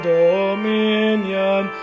dominion